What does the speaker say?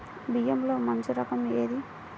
బియ్యంలో మంచి రకం ఏది?